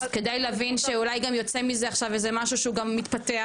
אז כדאי להבין שאולי גם יוצא מזה עכשיו איזה משהו שהוא גם מתפתח,